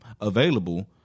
available